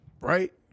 right